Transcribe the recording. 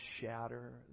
shatter